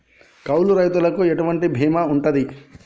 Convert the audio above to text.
కౌలు రైతులకు ఎటువంటి బీమా ఉంటది?